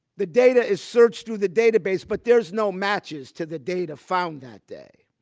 the data is searched through the database, but there's no matches to the data found that day.